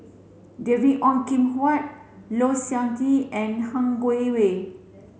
David Ong Kim Huat Low Siew Nghee and Han Guangwei